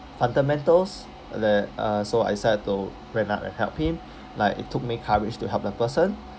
fundamentals that uh so I decided to went out and help him like it took me courage to help the person